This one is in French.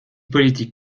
politique